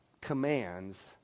commands